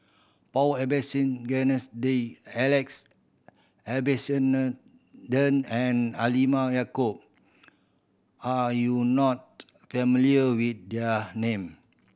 Paul Abisheganaden Alex Abisheganaden and Halimah Yacob are you not familiar with there name